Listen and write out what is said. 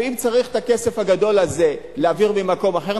ואם צריך את הכסף הגדול הזה להעביר ממקום אחר,